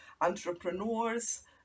entrepreneurs